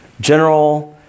general